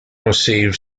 receive